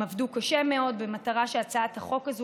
הם עבדו קשה מאוד במטרה שהצעת החוק הזאת